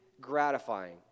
gratifying